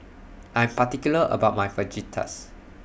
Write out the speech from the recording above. I'm particular about My Fajitas